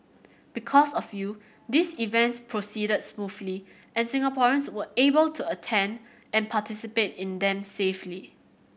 because of you these events proceeded smoothly and Singaporeans were able to attend and participate in them safely